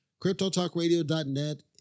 CryptoTalkradio.net